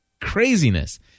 craziness